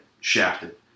shafted